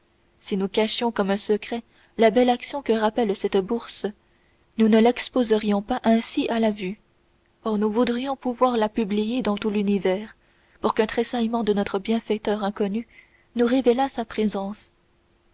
si nous cachions comme un secret la belle action que rappelle cette bourse nous ne l'exposerions pas ainsi à la vue oh nous voudrions pouvoir la publier dans tout l'univers pour qu'un tressaillement de notre bienfaiteur inconnu nous révélât sa présence